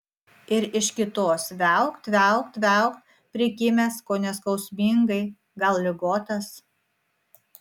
ir iš kitos viaukt viaukt viaukt prikimęs kone skausmingai gal ligotas